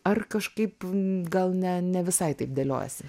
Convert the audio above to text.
ar kažkaip gal ne ne visai taip dėliojasi